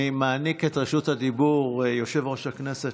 אני מעניק את רשות הדיבור ליושב-ראש הכנסת,